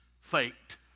faked